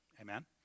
Amen